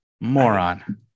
moron